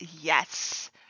yes